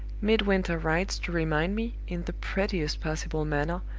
midwinter writes to remind me, in the prettiest possible manner,